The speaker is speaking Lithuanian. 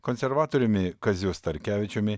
konservatoriumi kaziu starkevičiumi